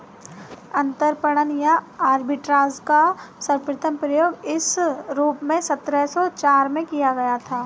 अंतरपणन या आर्बिट्राज का सर्वप्रथम प्रयोग इस रूप में सत्रह सौ चार में किया गया था